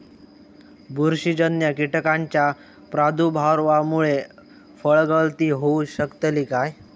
बुरशीजन्य कीटकाच्या प्रादुर्भावामूळे फळगळती होऊ शकतली काय?